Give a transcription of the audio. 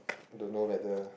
don't know whether